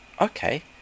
okay